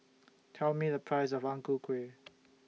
Tell Me The Price of Ang Ku Kueh